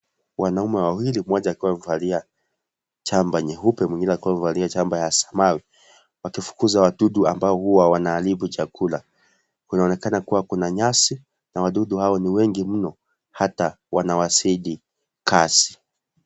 Wanaume wawili mmoja akiwa amevalia chamba yeupe mwingine akiwa amevalia chamba ya samawati wakifukuza wadudu ambao huwa wanaaribu chakula kunaonekana kuwa kuna nyasi na wadudu hao ni wengi mno hata wanawazidi kasi.